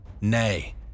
Nay